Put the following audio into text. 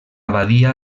badia